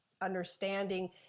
understanding